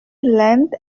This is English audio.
length